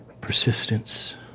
persistence